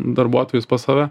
darbuotojus pas save